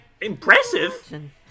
Impressive